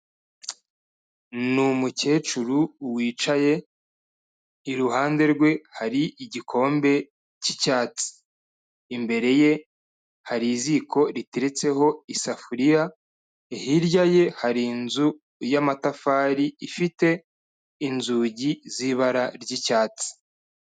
Ni umukecuru wicaye, iruhande rwe hari igikombe cy'icyatsi. Imbere ye hari iziko riteretseho isafuriya, hirya ye hari inzu y'amatafari ifite inzugi z'ibara ry'icyatsi.